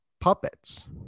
puppets